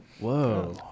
whoa